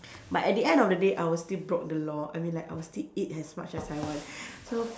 but at the end of the day I will still broke the law I mean like I will still eat as much as I want so